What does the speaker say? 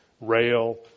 rail